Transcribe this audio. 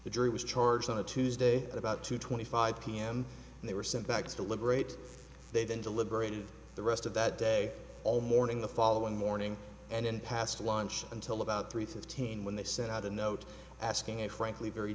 the jury was charged on a tuesday about two twenty five pm and they were sent back to liberate they then deliberated the rest of that day all morning the following morning and in past launch until about three fifteen when they sent out a note asking and frankly very